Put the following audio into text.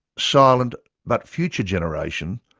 silent but future generation,